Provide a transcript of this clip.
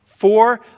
Four